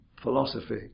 philosophy